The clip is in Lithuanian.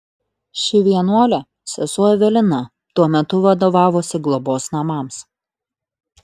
ši vienuolė sesuo evelina tuo metu vadovavusi globos namams